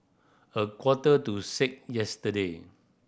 a quarter to six yesterday